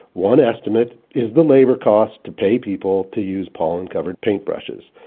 one estimate is the labor cost to pay people to use pollen covered paintbrushes.